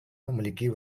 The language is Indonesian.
memiliki